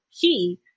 key